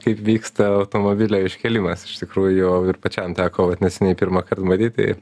kaip vyksta automobilio iškėlimas iš tikrųjų jau ir pačiam teko vat neseniai pirmąkart matyt